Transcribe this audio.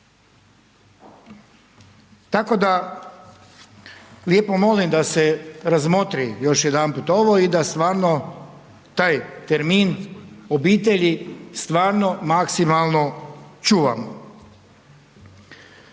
Tako da, lijepo molim, da s razmotri još jedanput ovo i da stvarno taj termin obitelji, stvarno maksimalno čuvamo.